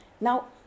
Now